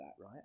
right